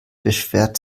beschwert